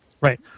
Right